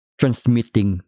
transmitting